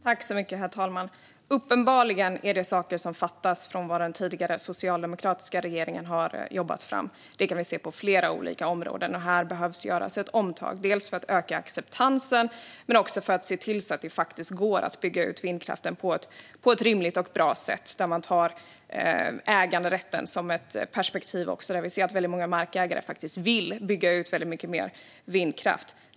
Herr talman! Uppenbarligen är det saker som fattas i det som den tidigare socialdemokratiska regeringen har jobbat fram. Det kan vi se på flera olika områden. Här behövs ett omtag, dels för att öka acceptansen, dels för att se till att det faktiskt går att bygga ut vindkraften på ett rimligt och bra sätt där man tar äganderätten som ett perspektiv också. Vi ser att många markägare vill bygga ut mer vindkraft.